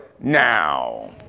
now